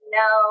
no